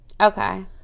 Okay